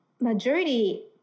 majority